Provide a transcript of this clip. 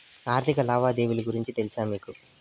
ఆర్థిక లావాదేవీల గురించి తెలుసా మీకు